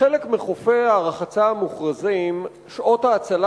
בחלק מחופי הרחצה המוכרזים שעות ההצלה